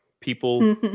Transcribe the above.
people